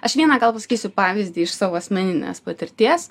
aš vieną gal pasakysiu pavyzdį iš savo asmeninės patirties